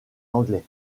anglais